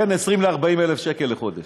בין 20,000 ל-40,000 שקל בחודש,